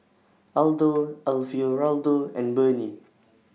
Aldo Alfio Raldo and Burnie